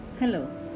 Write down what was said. Hello